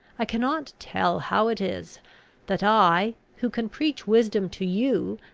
i cannot tell how it is that i, who can preach wisdom to you,